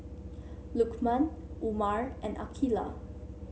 Lukman Umar and Aqeelah